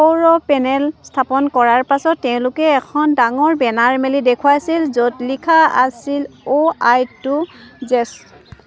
সৌৰ পেনেল স্থাপন কৰাৰ পাছত তেওঁলোকে এখন ডাঙৰ বেনাৰ মেলি দেখুৱাইছিল য'ত লিখা আছিল অ' আই টু জেগ্ছ